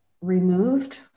removed